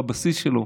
בבסיס שלו,